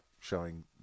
showing